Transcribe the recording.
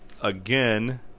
again